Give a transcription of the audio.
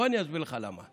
בוא אני אסביר לך למה.